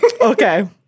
Okay